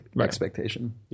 expectation